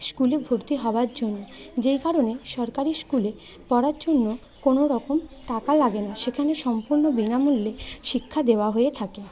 স্কুলে ভর্তি হবার জন্য যেই কারণে সরকারি স্কুলে পড়ার জন্য কোনোরকম টাকা লাগে না সেখানে সম্পূর্ণ বিনামূল্যে শিক্ষা দেওয়া হয়ে থাকে